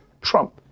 Trump